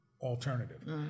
alternative